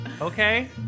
okay